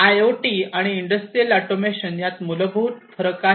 I O T आणि industry automation यात मूलभूत फरक आहे